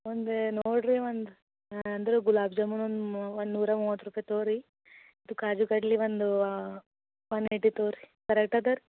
ಒಂದೇ ನೋಡಿರಿ ಒಂದು ನಾ ಅಂದರು ಗುಲಾಬ್ ಜಾಮೂನ್ ಒನ್ ಮು ಒನ್ ನೂರ ಮೂವತ್ತು ರೂಪಾಯಿ ತಗೋರಿ ತು ಕಾಜು ಕಡ್ಲಿ ಒಂದು ವಾ ಒನ್ ಏಯ್ಟಿ ತಗೋರಿ ಕರೆಕ್ಟ್ ಅದೆ ರೀ